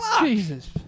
Jesus